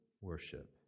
worship